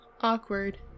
awkward